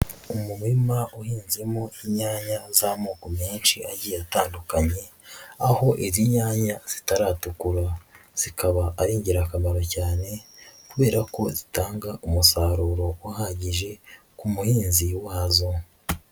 Umurima uhinzemo inyanya z'amoko menshi agiye atandukanye, aho izi nyanya zitaratukura, zikaba ari ingirakamaro cyane kubera ko zitanga umusaruro uhagije ku muhinzi wazo.